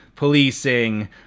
policing